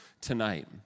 tonight